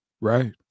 Right